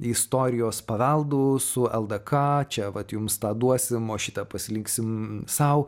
istorijos paveldu su ldk čia vat jums tą duosim šitą pasiliksime sau